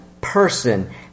person